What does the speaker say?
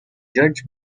judge